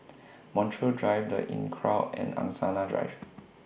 Montreal Drive The Inncrowd and Angsana Drive